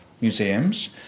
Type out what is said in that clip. museums